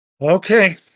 Okay